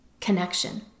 connection